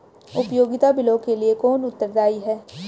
उपयोगिता बिलों के लिए कौन उत्तरदायी है?